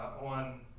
on